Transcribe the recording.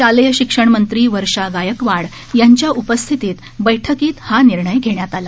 शालेय शिक्षण मंत्री वर्षा गायकवाड यांच्या उपस्थितीत बैठकीत हा निर्णय घेण्यात आला